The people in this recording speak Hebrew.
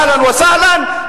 אהלן וסהלן.